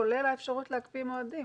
כולל האפשרות להקפיא מועדים.